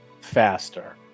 faster